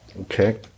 Okay